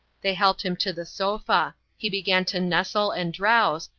they helped him to the sofa. he began to nestle and drowse,